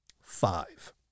Five